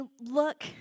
look